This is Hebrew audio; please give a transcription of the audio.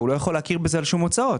הוא לא יכול להכיר בזה על שום הוצאות.